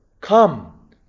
Come